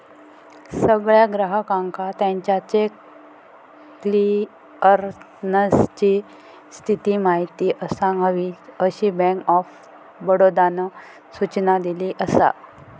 सगळ्या ग्राहकांका त्याच्या चेक क्लीअरन्सची स्थिती माहिती असाक हवी, अशी बँक ऑफ बडोदानं सूचना दिली असा